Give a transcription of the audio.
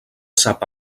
sap